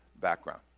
background